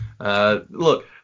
Look